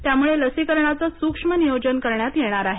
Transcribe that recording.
त्यामुळे लसीकरणाचं सूक्ष्म नियोजन करण्यात येणार आहे